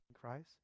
Christ